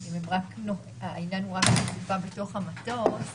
אם העניין הוא רק אכיפה בתוך המטוס,